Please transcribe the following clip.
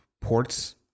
ports